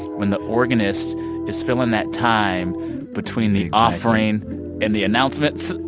when the organist is filling that time between the offering and the announcements.